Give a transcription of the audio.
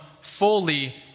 fully